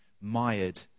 mired